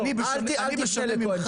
אל תשאל את כהן,